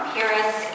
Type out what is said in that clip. Paris